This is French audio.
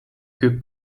que